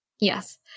Yes